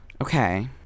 Okay